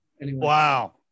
Wow